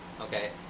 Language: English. okay